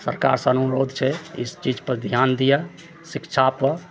सरकारसँ अनुरोध छै ई चीजपर ध्यान दिअ शिक्षापर